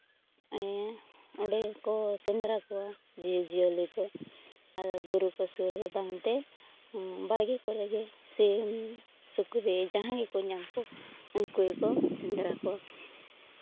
ᱚᱸᱰᱮ ᱠᱚ ᱥᱮᱸᱫᱽᱨᱟ ᱠᱚᱣᱟ ᱡᱤᱵᱽᱼᱡᱤᱭᱟᱹᱞᱤ ᱠᱚ ᱟᱫᱚ ᱵᱩᱨᱩ ᱠᱚ ᱥᱩᱨ ᱨᱮ ᱰᱟᱝᱛᱮ ᱵᱟᱲᱜᱮ ᱠᱚᱨᱮᱜᱮ ᱥᱤᱢ ᱥᱩᱠᱨᱤ ᱡᱟᱦᱟᱸ ᱜᱮᱠᱚ ᱧᱟᱢ ᱠᱚ ᱩᱱᱠᱩ ᱜᱮᱠᱚ ᱥᱮᱸᱫᱽᱨᱟ ᱠᱚᱣᱟ